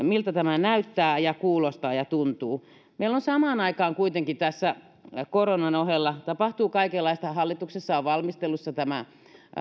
miltä tämä näyttää ja kuulostaa ja tuntuu meillä kuitenkin samaan aikaan tässä koronan ohella tapahtuu kaikenlaista hallituksessa on valmistelussa